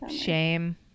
Shame